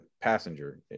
passenger